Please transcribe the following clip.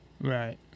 Right